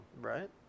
Right